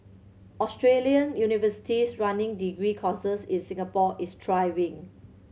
Australian universities running degree courses in Singapore is thriving